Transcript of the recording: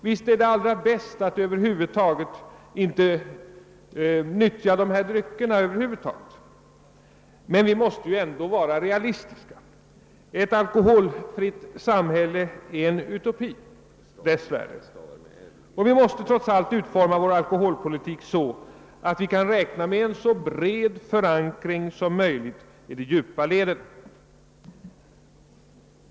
Visst är det allra bäst att över huvud taget inte nyttja dessa drycker, men vi måste vara realistiska. Ett alkholfritt samhälle är dess värre en utopi, och vi måste därför utforma vår alkoholpolitik så att vi kan räkna med en så bred förankring som möjligt i de djupa 1leden.